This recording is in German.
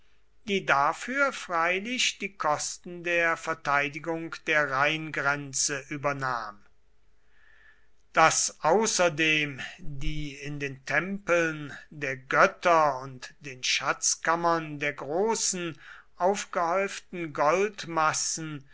die dafür freilich die kosten der verteidigung der rheingrenze übernahm daß außerdem die in den tempeln der götter und den schatzkammern der großen aufgehäuften goldmassen